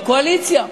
אתה כאיש דת משקר?